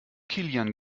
kilian